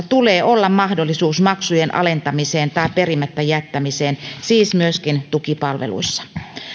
tulee olla mahdollisuus maksujen alentamiseen tai perimättä jättämiseen siis myöskin tukipalveluissa